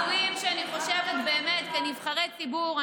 הילדים, ביטויים שאני חושבת שאנחנו, כנבחרי ציבור,